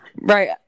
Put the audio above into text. right